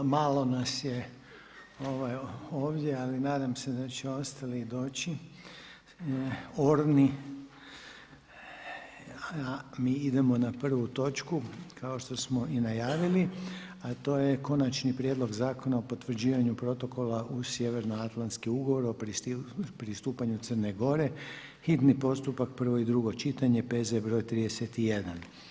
Malo nas je ovdje, ali nadam se da će ostali doći orni, a mi idemo na prvu točku kao što smo i najavili, a to je 1. Konačni prijedlog zakona o potvrđivanju Protokola uz Sjevernoatlantski ugovor o pristupanju Crne Gore, hitni postupak, prvo i drugo čitanje, P.Z. br. 31.